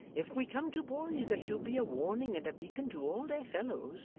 if we come to boys that should be a warning and a beacon to all their fellows,